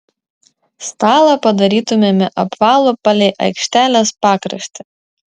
stalą padarytumėme apvalų palei aikštelės pakraštį